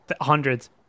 hundreds